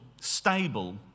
stable